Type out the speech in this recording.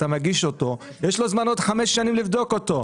אתה מגיש אותו ויש לו זמן עוד חמש שנים לבדוק אותו.